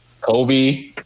Kobe